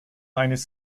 eines